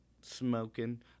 smoking